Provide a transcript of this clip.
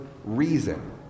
reason